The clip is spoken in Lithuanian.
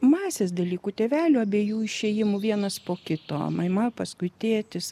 masės dalykų tėvelių abiejų išėjimų vienas po kito mama paskui tėtis